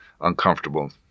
uncomfortable